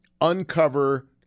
uncover